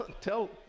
tell